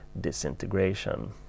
disintegration